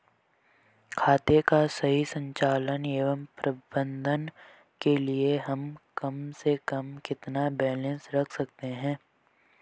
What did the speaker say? खाते का सही संचालन व प्रबंधन के लिए हम कम से कम कितना बैलेंस रख सकते हैं?